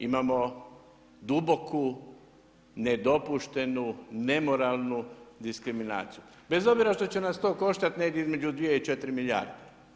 Imamo duboku nedopuštenu, nemoralnu diskriminaciju bez obzira što će nas to koštati negdje između dvije i četiri milijarde.